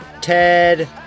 Ted